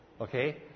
Okay